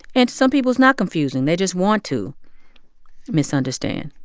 and to some people, it's not confusing. they just want to misunderstand,